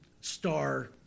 star